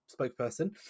spokesperson